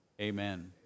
Amen